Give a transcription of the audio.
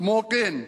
כמו כן,